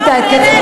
חברת הכנסת גמליאל,